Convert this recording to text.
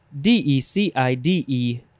D-E-C-I-D-E